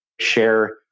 share